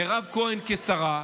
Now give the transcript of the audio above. מירב כהן כשרה,